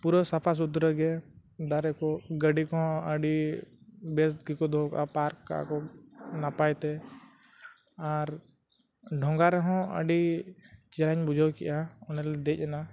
ᱯᱩᱨᱟᱹ ᱥᱟᱯᱷᱟ ᱥᱩᱫᱽᱨᱟᱹ ᱜᱮ ᱫᱟᱨᱮ ᱠᱚ ᱜᱟᱹᱰᱤ ᱠᱚᱦᱚᱸ ᱟᱹᱰᱤ ᱵᱮᱥ ᱜᱮᱠᱚ ᱫᱚᱦᱚ ᱠᱟᱜᱼᱟ ᱠᱚ ᱯᱟᱨᱠ ᱠᱟᱜᱼᱟ ᱠᱚ ᱱᱟᱯᱟᱭ ᱛᱮ ᱟᱨ ᱰᱷᱚᱸᱜᱟ ᱨᱮᱦᱚᱸ ᱟᱹᱰᱤ ᱪᱮᱨᱦᱟᱹᱧ ᱵᱩᱡᱷᱟᱹᱣ ᱠᱮᱜᱼᱟ ᱚᱸᱰᱮᱞᱮ ᱫᱮᱡ ᱮᱱᱟ